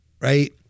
Right